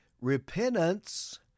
repentance